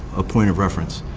a point of reference.